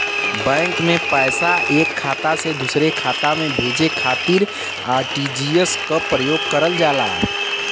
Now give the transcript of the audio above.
bank में पैसा एक खाता से दूसरे खाता में भेजे खातिर आर.टी.जी.एस क प्रयोग करल जाला